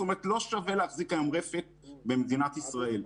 זאת אומרת לא שווה היום להחזיק רפת במדינת ישראל.